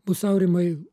bus aurimai